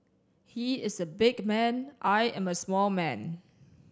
he is a big man I am a small man